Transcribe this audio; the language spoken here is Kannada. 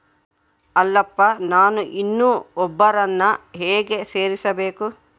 ಅಲ್ಲಪ್ಪ ನಾನು ಇನ್ನೂ ಒಬ್ಬರನ್ನ ಹೇಗೆ ಸೇರಿಸಬೇಕು?